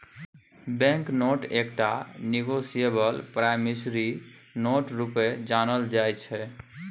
bank note एकटा negotiable promissory note रुपे जानल जाइ छै